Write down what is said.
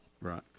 Right